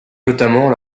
notamment